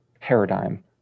paradigm